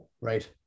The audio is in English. right